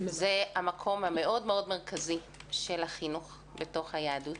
זה המקום המרכזי מאוד של החינוך בתוך היהדות.